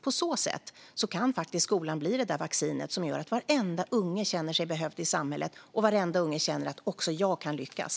På så sätt kan skolan faktiskt bli det där vaccinet som gör att varenda unge känner sig behövd i samhället och att man själv kan lyckas.